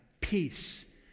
peace